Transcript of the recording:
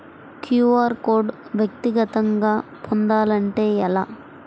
QR code వ్యక్తిగతంగా పొందాలంటే ఎలా?